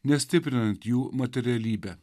nestiprinant jų materialybe